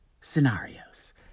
scenarios